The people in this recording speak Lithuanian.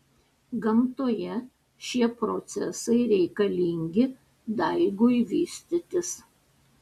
gamtoje šie procesai reikalingi daigui vystytis